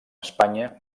espanya